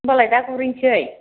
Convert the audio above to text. होनबालाय दा गुरहैनसै